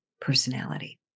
personality